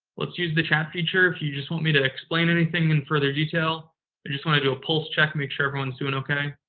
let's use the chat feature. if you just want me to explain anything in further detail. i just want to do a pulse check and make sure everyone's doing okay.